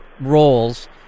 roles